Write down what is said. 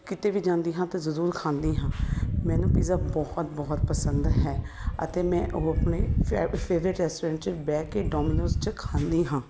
ਕਿਤੇ ਵੀ ਜਾਂਦੀ ਹਾਂ ਤਾਂ ਜ਼ਰੂਰ ਖਾਂਦੀ ਹਾਂ ਮੈਨੂੰ ਪੀਜ਼ਾ ਬਹੁਤ ਬਹੁਤ ਪਸੰਦ ਹੈ ਅਤੇ ਮੈਂ ਉਹ ਆਪਣੇ ਫੈਵ ਫੇਵਰਟ ਰੈਸਟੋਰੈਂਟ 'ਚ ਬਹਿ ਕੇ ਡੋਮੀਨੋਜ਼ 'ਚ ਖਾਂਦੀ ਹਾਂ